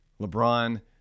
LeBron